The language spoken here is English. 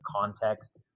context